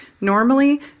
normally